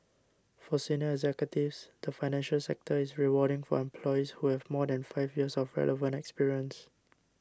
for senior executives the financial sector is rewarding for employees who have more than five years of relevant experience